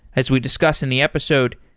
as we discuss in the episode,